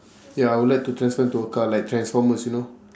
ya I would like to transform into a car like transformers you know